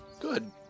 Good